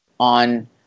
on